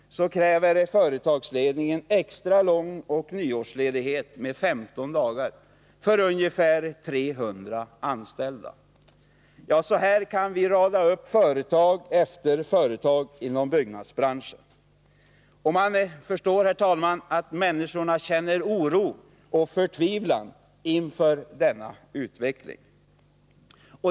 Företagsledningen kräver extra lång juloch nyårsledighet med 15 dagar för ungefär 300 anställda. Ja, så här kan vi rada upp företag efter företag inom byggnadsbranschen. Man förstår att människorna känner oro och förtvivlan inför denna utveckling.